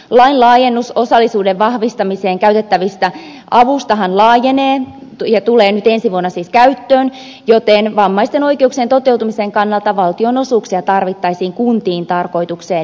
lain laajennus osallisuuden vahvistamiseen käytettävästä avustahan laajenee ja tulee nyt ensi vuonna siis käyttöön joten vammaisten oikeuksien toteutumisen kannalta valtionosuuksia tarvittaisiin kuntien tarkoitukseen lisää